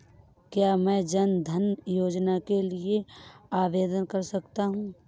क्या मैं जन धन योजना के लिए आवेदन कर सकता हूँ?